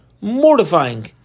Mortifying